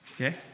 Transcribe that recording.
Okay